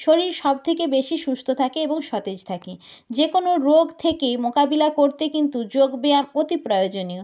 শরীর সব থেকে বেশি সুস্থ থাকে এবং সতেজ থাকে যে কোনও রোগ থেকে মোকাবিলা করতে কিন্তু যোগব্যায়াম অতি প্রয়োজনীয়